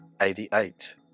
eighty-eight